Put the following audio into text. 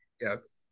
yes